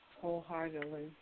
Wholeheartedly